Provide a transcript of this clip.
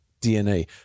DNA